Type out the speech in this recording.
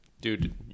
Dude